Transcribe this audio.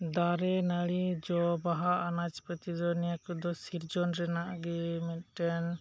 ᱫᱟᱨᱮ ᱱᱟᱲᱤ ᱡᱚ ᱵᱟᱦᱟ ᱟᱱᱟᱡᱽ ᱯᱟᱛᱤ ᱫᱚ ᱱᱤᱭᱟᱹ ᱠᱚᱫᱚ ᱥᱤᱨᱡᱚᱱ ᱨᱮᱭᱟᱜ ᱜᱮ ᱢᱤᱫᱴᱮᱱ